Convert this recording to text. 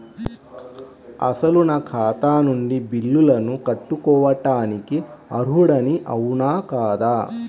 అసలు నా ఖాతా నుండి బిల్లులను కట్టుకోవటానికి అర్హుడని అవునా కాదా?